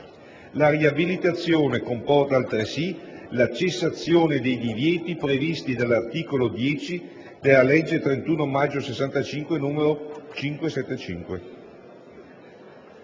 La riabilitazione comporta, altresì, la cessazione dei divieti previsti dall'articolo 10 della legge 31 maggio 1965, n. 575».